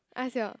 ask your